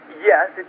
Yes